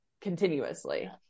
continuously